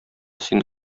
син